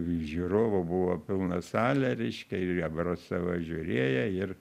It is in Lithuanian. žiūrovų buvo pilna salė reiškia ir obrosovas žiūrėjo ir